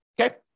Okay